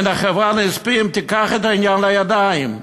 תיקח את העניין לידיים.